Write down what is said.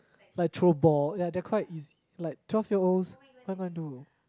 like throw ball ya they're quite easy like twelve years old what am i gonna do